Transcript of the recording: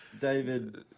David